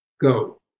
go